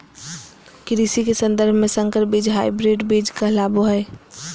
कृषि के सन्दर्भ में संकर बीज हायब्रिड बीज कहलाबो हइ